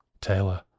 Taylor